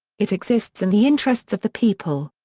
it exists in the interests of the people.